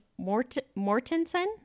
Mortensen